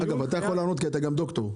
אגב, אתה יכול לענות כי אתה גם דוקטור.